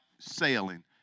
sailing